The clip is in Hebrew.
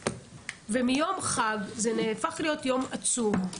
מיום חג זה הפך להיות יום עצוב.